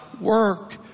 work